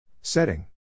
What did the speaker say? Setting